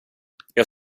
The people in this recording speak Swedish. jag